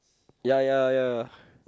ya ya ya